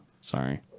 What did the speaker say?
Sorry